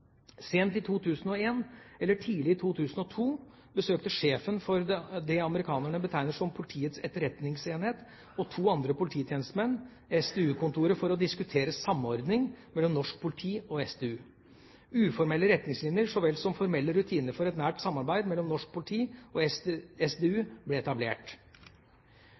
Sent i 2001 eller tidlig i 2002 besøkte sjefen for det amerikanerne betegner som «politiets etterretningsenhet», og to andre polititjenestemenn SDU-kontoret for å diskutere samordning mellom norsk politi og SDU. Uformelle retningslinjer så vel som formelle rutiner for et nært samarbeid mellom norsk politi og SDU ble etablert.